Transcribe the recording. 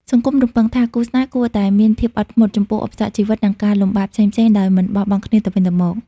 សង្គមរំពឹងថា គូស្នេហ៍គួរតែ "មានភាពអត់ធ្មត់" ចំពោះឧបសគ្គជីវិត និងការលំបាកផ្សេងៗដោយមិនបោះបង់គ្នាទៅវិញទៅមក។